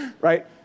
right